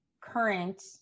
current